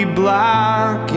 black